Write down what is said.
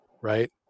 Right